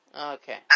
Okay